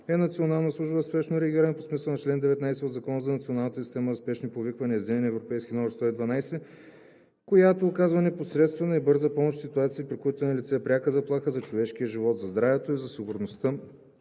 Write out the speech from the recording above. е национална служба за спешно реагиране по смисъла на чл. 19 от Закона за Националната система за спешни повиквания с единен европейски номер 112, която оказва непосредствена и бърза помощ в ситуации, при които е налице пряка заплаха за човешкия живот, за здравето и сигурността